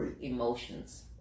emotions